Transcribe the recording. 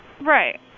Right